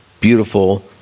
beautiful